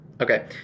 Okay